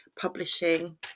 publishing